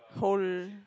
hole